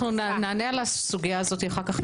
נענה על הסוגיה הזו אחר כך,